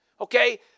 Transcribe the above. Okay